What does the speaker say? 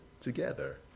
together